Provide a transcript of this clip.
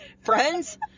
friends